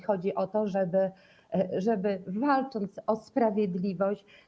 Chodzi o to, żeby walcząc o sprawiedliwość.